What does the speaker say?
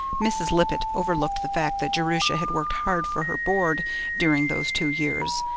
mrs. lippett overlooked the fact that jerusha had worked hard for her board during those two years,